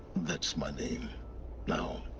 that's my name now.